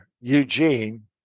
Eugene